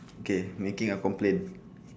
okay making a complain